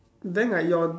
then like your